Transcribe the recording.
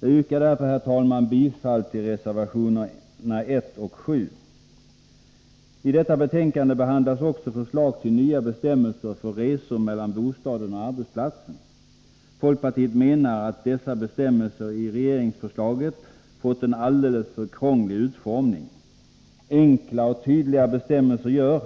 Jag yrkar därför, fru talman, bifall till reservationerna 1 och 7. I detta betänkande behandlas också förslag till nya bestämmelser för resor mellan bostad och arbetsplats. Folkpartiet menar att dessa bestämmelser fått en alldeles för krånglig utformning i regeringsförslaget. Enkla och tydliga bestämmelser gör